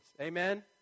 Amen